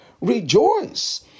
rejoice